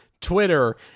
Twitter